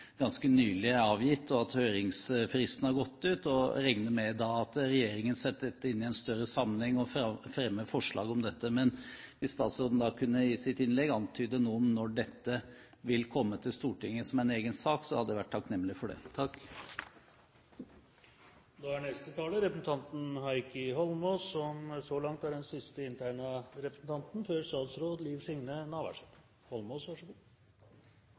ganske nylig er avgitt, og at høringsfristen har gått ut. Jeg regner med at regjeringen setter dette i en større sammenheng og fremmer forslag om dette. Hvis statsråden da i sitt innlegg kunne antyde noe om når dette ville komme til Stortinget som en egen sak, hadde jeg vært takknemlig for det. Jeg vil også takke forslagsstillerne for å ta opp dette, for dette er en viktig og god debatt, som handler om hvordan vi organiserer hele boligsektoren. En av de tingene som vår regjering har veldig stort trykk på, er